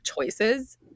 choices